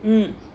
mmhmm